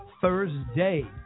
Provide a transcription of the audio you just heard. Thursday